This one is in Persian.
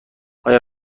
آیا